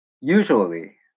usually